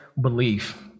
belief